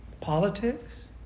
Politics